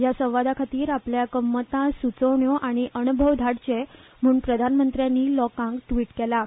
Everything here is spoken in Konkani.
ह्या संवादाखातीर आपल्याक मतां सुचोवण्यो आनी अणभव धाडचे म्हण प्रधानमंत्र्यांनी लोकांक ट्विट केलां